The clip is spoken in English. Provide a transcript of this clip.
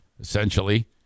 essentially